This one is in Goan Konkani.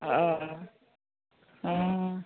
हय